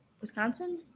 Wisconsin